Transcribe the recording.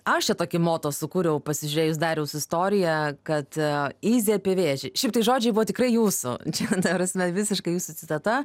aš čia tokį moto sukūriau pasižiūrėjus dariaus istoriją kad įzį apie vėžį šiaip tai žodžiai buvo tikrai jūsų čia ta prasme visiškai jūsų citata